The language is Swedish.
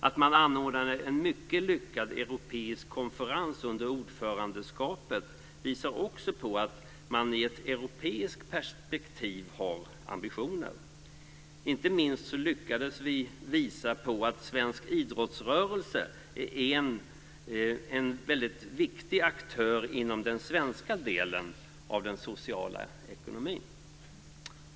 Att man anordnade en mycket lyckad europeisk konferens under ordförandeskapet visar också på att man i ett europeiskt perspektiv har ambitioner. Inte minst lyckades vi visa på att svensk idrottsrörelse är en mycket viktig aktör inom den svenska delen av den sociala ekonomin.